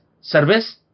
service